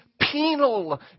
penal